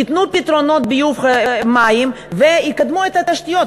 ייתנו פתרונות ביוב ומים ויקדמו את התשתית,